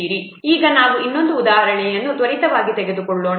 ಈಗ ನಾವು ಇನ್ನೊಂದು ಉದಾಹರಣೆಯನ್ನು ತ್ವರಿತವಾಗಿ ತೆಗೆದುಕೊಳ್ಳೋಣ